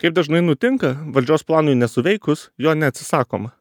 kaip dažnai nutinka valdžios planui nesuveikus jo neatsisakoma